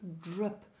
drip